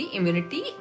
Immunity